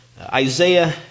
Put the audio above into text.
Isaiah